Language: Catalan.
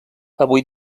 avui